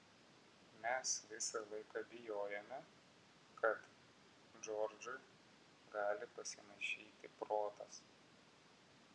mes visą laiką bijojome kad džordžui gali pasimaišyti protas